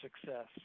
success